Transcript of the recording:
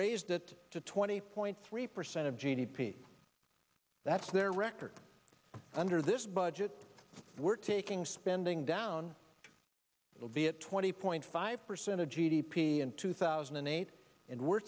raised it to twenty point three percent of g d p that's their record under this budget we're taking spending down it'll be at twenty point five percent of g d p in two thousand and eight and we're